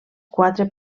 quatre